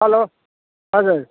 hello हजुर